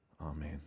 Amen